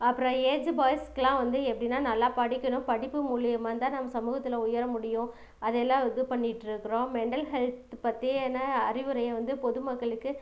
அப்புறம் ஏஜு பாய்ஸ்க்குலாம் வந்து எப்படின்னா நல்லா படிக்கணும் படிப்பு மூலயமாந்தான் நம்ம சமூகத்தில் உயர முடியும் அது எல்லாம் இது பண்ணிகிட்ருக்கறோம் மெண்டல் ஹெல்த் பற்றியான அறிவுரையை வந்து பொதுமக்களுக்கு